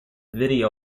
video